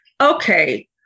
okay